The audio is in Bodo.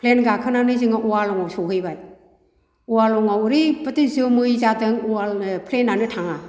प्लेन गाखोनानै जोङो अवालंआव सौहैबाय अवालंआव ओरैबादि जोमै जादों प्लेनआनो थाङा